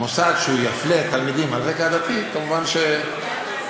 שמוסד שיפלה תלמידים על רקע עדתי, כמובן שייקנס,